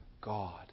God